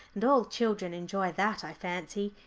and all children enjoy that, i fancy.